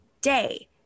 day